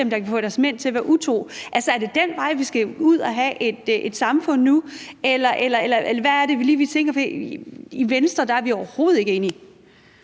om de kan få deres mænd til at være utro. Altså, er det den vej, vi skal ud ad i samfundet nu? Eller hvad er det lige, vi tænker? For Venstre er overhovedet ikke enig.